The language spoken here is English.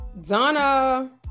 Donna